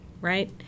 right